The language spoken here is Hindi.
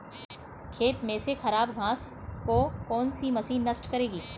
खेत में से खराब घास को कौन सी मशीन नष्ट करेगी?